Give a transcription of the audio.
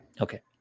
Okay